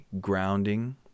grounding